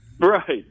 Right